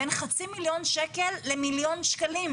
בין חצי מיליון שקלים למיליון שקלים.